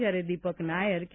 જ્યારે દિપક નાયર કે